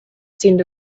seemed